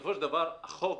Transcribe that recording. בסופו של דבר החוק